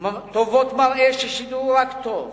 מראה ששידרו רק טוב.